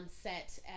set